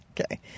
okay